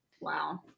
Wow